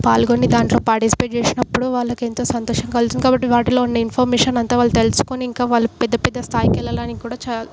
పాల్గొని దాంట్లో పార్టిసిపేట్ చేసినపుడు వాళ్ళకు ఎంతో సంతోషం కల్గుతుంది కాబట్టి వాటిలో ఉండే ఇన్ఫర్మేషన్ అంత వాళ్ళు తెలుసుకొని ఇంకా వాళ్ళు పెద్ద పెద్ద స్థాయికి వెళ్ళాలని కుడా చాలా